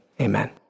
Amen